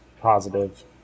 positive